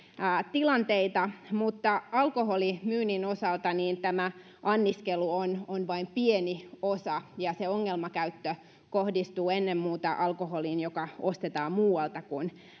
tilanteita mutta alkoholimyynnin osalta tämä anniskelu on on vain pieni osa ja se ongelmakäyttö kohdistuu ennen muuta alkoholiin joka ostetaan muualta kuin